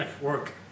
work